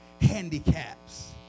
handicaps